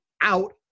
out